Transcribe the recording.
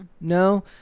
No